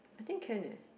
I think can eh